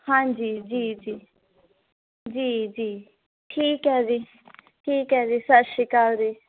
ਹਾਂਜੀ ਜੀ ਜੀ ਜੀ ਜੀ ਠੀਕ ਹੈ ਜੀ ਠੀਕ ਹੈ ਜੀ ਸਤਿ ਸ਼੍ਰੀ ਅਕਾਲ ਜੀ